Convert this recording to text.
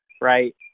right